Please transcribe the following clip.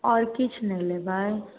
आओर किछु नहि लेबै